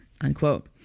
unquote